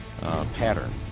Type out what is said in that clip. Pattern